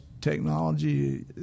technology